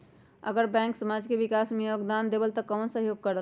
अगर बैंक समाज के विकास मे योगदान देबले त कबन सहयोग करल?